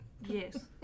Yes